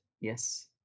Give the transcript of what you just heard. yes